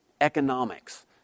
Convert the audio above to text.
economics